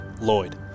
Lloyd